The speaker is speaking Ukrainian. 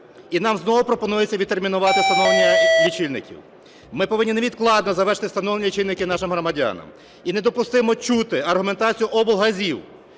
І нам знову пропонується відтермінувати встановлення лічильників. Ми повинні невідкладно завершити встановлення лічильників нашим громадянам. І недопустимо чути аргументацію облгазів,